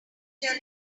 tell